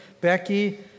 Becky